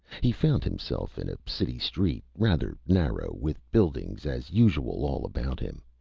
he found himself in a city street, rather narrow, with buildings as usual all about him,